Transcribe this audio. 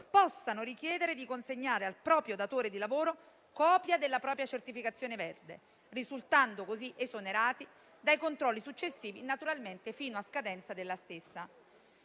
possano richiedere di consegnare al proprio datore di lavoro copia della propria certificazione verde, risultando così esonerati dai controlli successivi, naturalmente fino a scadenza della stessa.